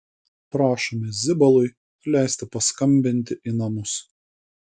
prašoma zibalui leisti paskambinti į namus